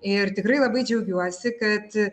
ir tikrai labai džiaugiuosi kad